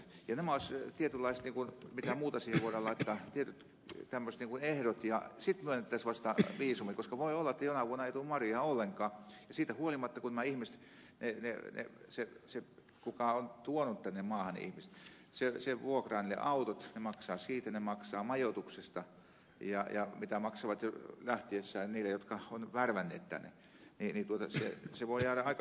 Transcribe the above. nämä olisivat tietynlaiset mitä muuta siihen voidaan laittaa tietyt tämmöiset ehdot ja sitten myönnettäisiin vasta viisumi koska voi olla jotta jonain vuonna ei tule marjoja ollenkaan ja siitä huolimatta se kuka on tuonut tänne maahan ne ihmiset vuokraa niille autot ne maksavat siitä ne maksavat majoituksesta ja mitä maksavat jo lähtiessään niille jotka ovat heidät tänne värvänneet niin se voi jäädä aika pieneksi se tulo